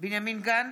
בנימין גנץ,